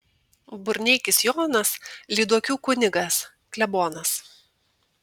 burneikis jonas lyduokių kunigas klebonas